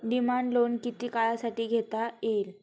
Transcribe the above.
Demand loan किती काळासाठी घेता येईल?